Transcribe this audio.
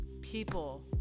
people